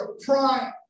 prime